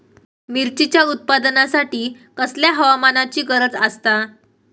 मिरचीच्या उत्पादनासाठी कसल्या हवामानाची गरज आसता?